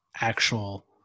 actual